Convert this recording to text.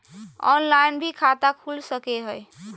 Online भी खाता खूल सके हय?